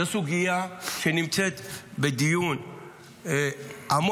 זו סוגיה שנמצאת בדיון עמוק